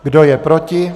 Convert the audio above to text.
Kdo je proti?